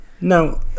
Now